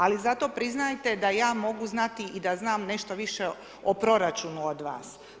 Ali zato priznajte da ja mogu znati i da znam nešto više o proračunu od vas.